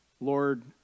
Lord